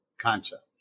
concept